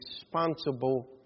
responsible